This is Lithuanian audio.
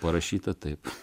parašyta taip